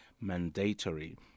mandatory